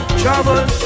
trouble